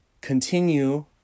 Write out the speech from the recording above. continue